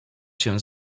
się